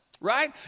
right